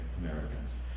Americans